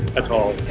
at all.